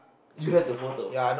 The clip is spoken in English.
you have the photo